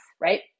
right